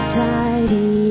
tidy